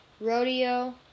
Rodeo